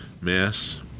Mass